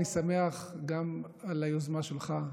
אני שמח גם על היוזמה שלך,